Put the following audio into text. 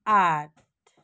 आठ